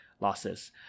losses